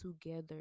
together